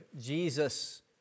Jesus